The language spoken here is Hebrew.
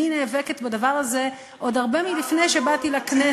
אני נאבקת בדבר הזה עוד הרבה לפני שבאתי לכנסת.